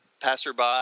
passerby